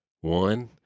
One